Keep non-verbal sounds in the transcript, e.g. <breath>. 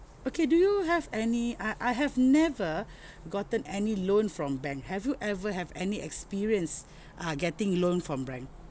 okay do you have any I I have never <breath> gotten any loan from bank have you ever have any experience uh getting loan from bank